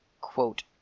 quote